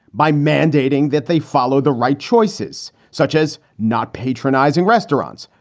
by mandating that they follow the right choices such as not patronizing restaurants.